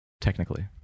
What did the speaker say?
technically